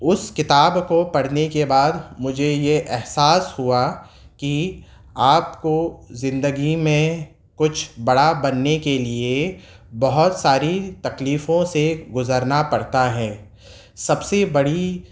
اس کتاب کو پڑھنے کے بعد مجھے یہ احساس ہوا کہ آپ کو زندگی میں کچھ بڑا بننے کے لیے بہت ساری تکلیفوں سے گزرنا پڑتا ہے سب سے بڑی